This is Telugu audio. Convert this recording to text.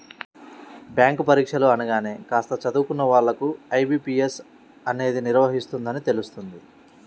బ్యాంకు పరీక్షలు అనగానే కాస్త చదువుకున్న వాళ్ళకు ఐ.బీ.పీ.ఎస్ అనేది నిర్వహిస్తుందని తెలుస్తుంది